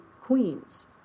queens